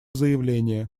заявления